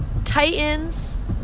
Titans